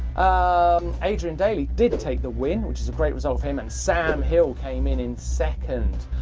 um adrien dailly did take the win, which is a great result for him, and sam hill came in in second.